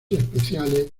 especiales